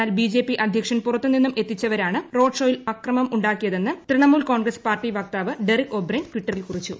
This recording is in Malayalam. എന്നാൽ ബിജെപി അദ്ധ്യക്ഷൻ പുറത്തുനിന്നും എത്തിച്ചവർാണ് റോഡ് ഷോയിൽ അക്രമമുണ്ടാക്കിയതെന്ന് തൃണമൂൽ കോൺഗ്രസ്സ് പാർട്ടി വക്താവ് ഡെറിക് ഒ ബ്രെയ്ൻ ട്വിറ്ററിൽ കുറിച്ചു